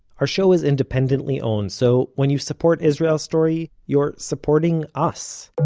our show is independently owned so when you support israel story, you are supporting us